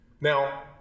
Now